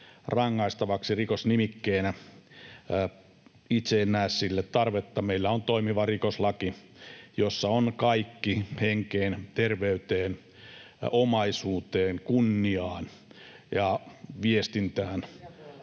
kouluväkivalta rikosnimikkeenä? Itse en näe sille tarvetta. Meillä on toimiva rikoslaki, jossa on kaikki henkeen, terveyteen, omaisuuteen, kunniaan ja viestintään